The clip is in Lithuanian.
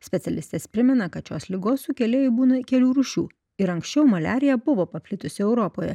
specialistės primena kad šios ligos sukėlėjų būna kelių rūšių ir anksčiau maliarija buvo paplitusi europoje